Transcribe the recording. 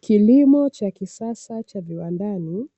Kilimo cha kisasa cha viwandani,